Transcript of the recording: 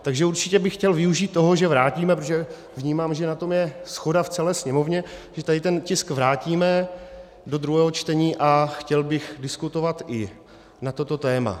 Takže určitě bych chtěl využít toho, že vrátíme, protože vnímám, že na tom je shoda v celé Sněmovně, že ten tisk vrátíme do druhého čtení, a chtěl bych diskutovat i na toto téma.